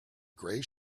gray